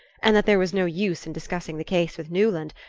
and that there was no use in discussing the case with newland,